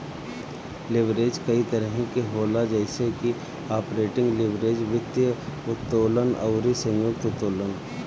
leverage कई तरही के होला जइसे की आपरेटिंग लीवरेज, वित्तीय उत्तोलन अउरी संयुक्त उत्तोलन